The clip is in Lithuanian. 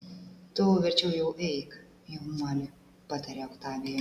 tu verčiau jau eik jaunuoli patarė oktavija